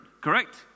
correct